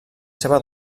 seva